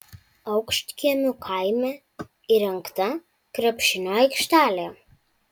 aukštkiemių kaime įrengta krepšinio aikštelė